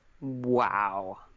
Wow